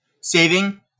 Saving